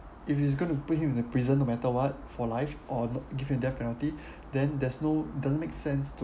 if he's going to put him in the prison no matter what for life or no~ give him death penalty then there's no doesn't make sense